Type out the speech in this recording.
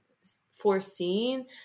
foreseen